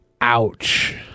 Ouch